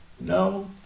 No